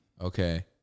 okay